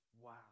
Wow